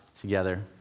together